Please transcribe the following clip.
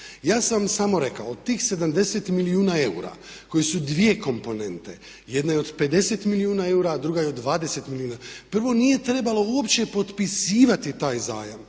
Ja sam samo rekao od tih 70 milijuna eura koji su dvije komponente, jedna je od 50 milijuna eura a druga je od 20 milijuna, prvo nije trebalo uopće potpisivati taj zajam